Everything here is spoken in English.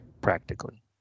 Practically